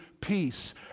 peace